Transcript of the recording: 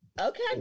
Okay